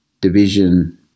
division